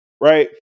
right